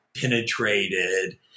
penetrated